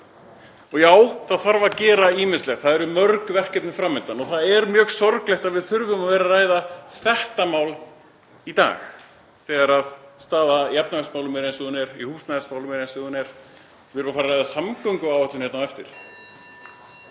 Og já, það þarf að gera ýmislegt, það eru mörg verkefni fram undan og það er mjög sorglegt að við þurfum að vera að ræða þetta mál í dag þegar staðan í efnahagsmálum er eins og hún er, staðan í húsnæðismálum er eins og hún er. Við erum að fara að ræða samgönguáætlun hérna á eftir.